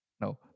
no